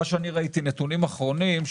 מה שראיתי נתונים אחרונים,